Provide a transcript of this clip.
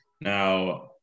Now